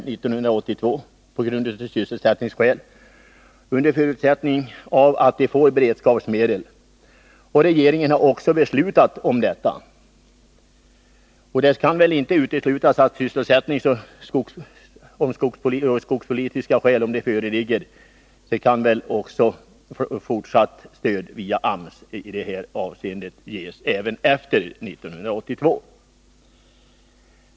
1982, detta av sysselsättningsskäl och under förutsättning att man får beredskapsmedel. Regeringen har också beslutat om detta, och det kan väl inte uteslutas att sysselsättningsoch skogspolitiska skäl talar för fortsatt stöd via AMS-insatser åt flottning i Pite älv även efter 1982.